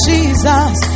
Jesus